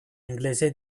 inglese